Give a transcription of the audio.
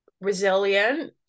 resilient